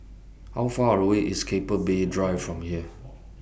How Far away IS Keppel Bay Drive from here